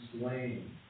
slain